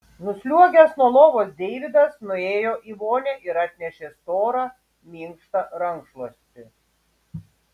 nusliuogęs nuo lovos deividas nuėjo į vonią ir atnešė storą minkštą rankšluostį